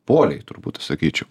poliai turbūt sakyčiau